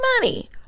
money